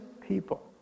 people